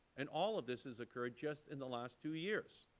and all of this has occurred just in the last two years.